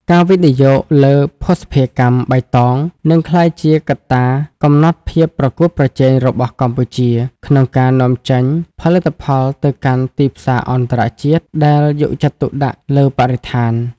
ការវិនិយោគលើ "ភស្តុភារកម្មបៃតង" នឹងក្លាយជាកត្តាកំណត់ភាពប្រកួតប្រជែងរបស់កម្ពុជា ក្នុងការនាំចេញផលិតផលទៅកាន់ទីផ្សារអន្តរជាតិដែលយកចិត្តទុកដាក់លើបរិស្ថាន។